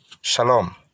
Shalom